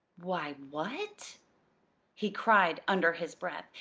why, what he cried under his breath,